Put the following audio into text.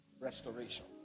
restoration